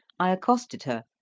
i accosted her,